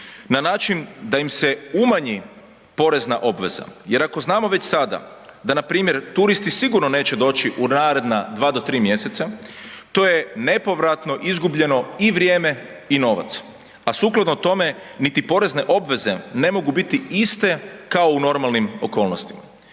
na način da im se umanji porezna obveza, jer ako znamo već sada na npr. turisti sigurno neće doći u naredna 2 do 3 mjeseca to je nepovratno izgubljeno i vrijeme i novac, a sukladno tome niti porezne obveze ne mogu biti iste kao u normalnim okolnostima.